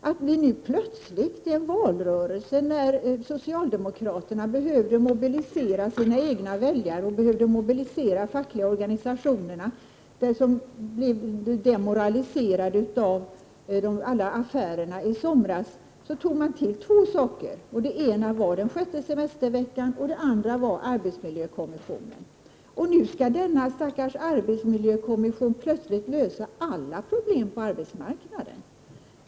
När socialdemokraterna i valrörelsen behövde mobilisera sina egna väljare och de fackliga organisationerna, som blev demoraliserade av alla affärerna i somras, tog man till två saker: den ena var den sjätte semesterveckan, och den andra var arbetsmiljökommissionen. Och nu skall denna stackars arbetsmiljökommission plötsligt lösa alla problem på arbetsmarknaden.